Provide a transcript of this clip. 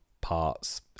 parts